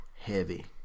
Heavy